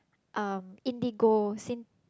um indigo syn~